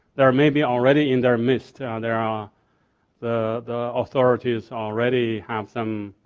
they are maybe already in our midst. ah there are the the authorities already have some